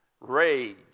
rage